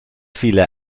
viele